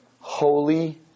holy